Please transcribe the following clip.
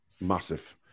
massive